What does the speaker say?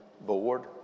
board